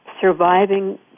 surviving